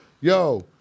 yo